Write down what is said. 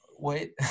wait